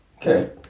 Okay